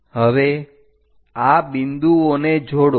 હવે આ બિંદુઓને જોડો